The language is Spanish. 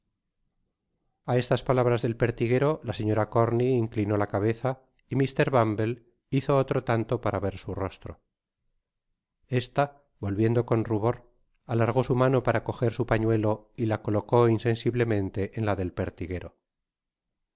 a estes palabras del pertiguero la señora corney inclinó la cabeza y mr bumble hizo otro tanto para ver su rostro esta volviendo con rubor alargó su mano para cojer su pañuelo y la colocó insensiblemente en la del pertiguero